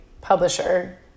publisher